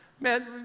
Man